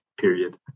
period